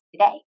today